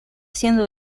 siendo